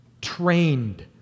trained